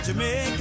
Jamaica